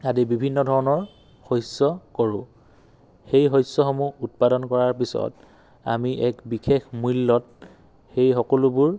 আদি বিভিন্ন ধৰণৰ শস্য কৰোঁ সেই শস্যসমূহ উৎপাদন কৰাৰ পিছত আমি এক বিশেষ মূল্যত সেই সকলোবোৰ